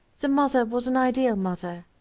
the mother was an ideal mother,